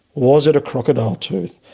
was it a crocodile tooth,